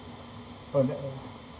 oh that uh